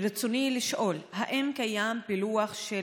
ברצוני לשאול: 1. האם קיים פילוח של